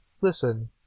Listen